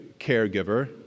caregiver